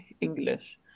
English